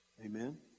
Amen